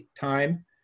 time